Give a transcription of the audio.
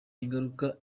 ingaruka